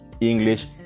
English